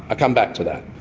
ah come back to that.